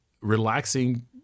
relaxing